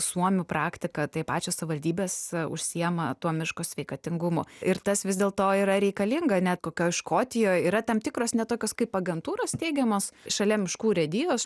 suomių praktika tai pačios savivaldybės užsiima tuo miško sveikatingumu ir tas vis dėl to yra reikalinga net kokioj škotijoj yra tam tikros net tokios kaip agentūros steigiamos šalia miškų urėdijos